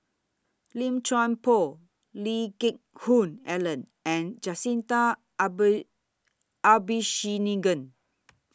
Lim Chuan Poh Lee Geck Hoon Ellen and Jacintha Abisheganaden